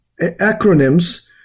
acronyms